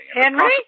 Henry